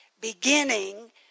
beginning